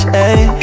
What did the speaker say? ayy